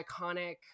iconic